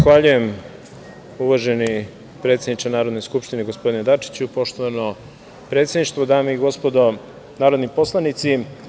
Zahvaljujem uvaženi predsedniče Narodne skupštine gospodine Dačiću, poštovano predsedništvo, dame i gospodo narodni poslanici.